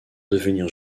devenir